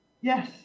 yes